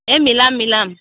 এই মিলাম মিলাম